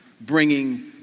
Bringing